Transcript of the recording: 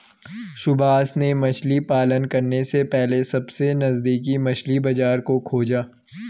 सुभाष ने मछली पालन करने से पहले सबसे नजदीकी मछली बाजार को खोजा